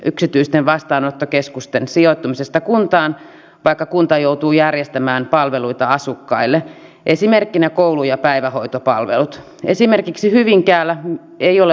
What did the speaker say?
miten ministeri te ohjeistatte kuntia tämän kotouttamisen toteuttamiseen ja saatatte nämä ihmiset kuntaan esimerkiksi samoilla kieli tai kulttuuritaustoilla samantyyppisille alueille että tämä paine ei ole vain suurkaupungeissa kun aikaa muutama vuosi kuluu